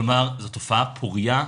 כלומר זאת תופעה פורייה,